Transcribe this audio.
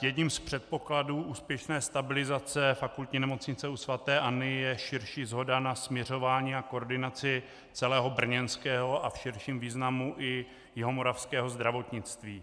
Jedním z předpokladů úspěšné stabilizace Fakultní nemocnice u sv. Anny je širší shoda na smiřování a koordinaci celého brněnského a v širším významu i jihomoravského zdravotnictví.